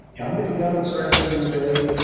yeah i'm going to be out at strata san jose,